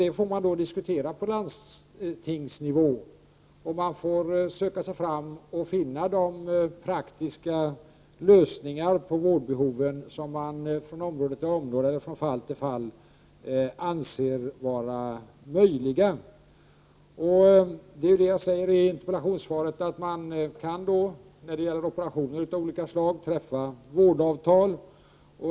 Det får man diskutera på landstingsnivå och söka sig fram till de praktiska lösningar på vårdbehov som man från område till område och från fall till fall anser vara möjliga. Som jag sade i interpellationssvaret kan man när det gäller operationer av olika slag träffa vårdavtal.